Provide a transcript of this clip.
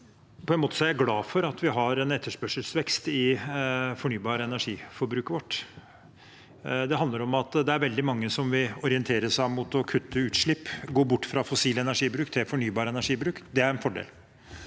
er jeg glad for at vi har en etterspørselsvekst i det fornybare energiforbruket vårt. Det handler om at veldig mange vil orientere seg mot å kutte utslipp og gå bort fra fossil energibruk og over til fornybar energibruk. Det er en fordel.